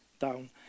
down